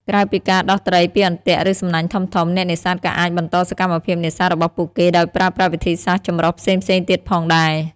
ក្រៅពីការដោះត្រីពីអន្ទាក់ឬសំណាញ់ធំៗ អ្នកនេសាទក៏អាចបន្តសកម្មភាពនេសាទរបស់ពួកគេដោយប្រើប្រាស់វិធីសាស្ត្រចម្រុះផ្សេងៗទៀតផងដែរ។